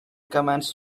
commands